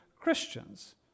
Christians